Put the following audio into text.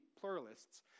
pluralists